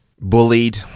Bullied